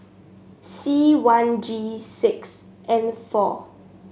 C one G six N four